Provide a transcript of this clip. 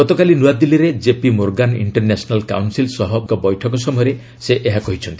ଗତାକଲି ନୂଆଦିଲ୍ଲୀରେ JP Morgan international council ସହ ଏକ ବୈଠକ ସମୟରେ ସେ ଏହା କହିଛନ୍ତି